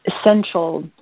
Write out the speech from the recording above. essential